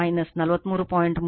36o milliampere